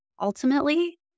ultimately